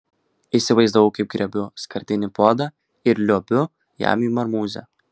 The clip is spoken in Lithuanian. įsivaizdavau kaip griebiu skardinį puodą ir liuobiu jam į marmūzę